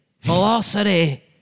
Velocity